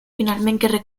finalmente